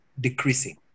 decreasing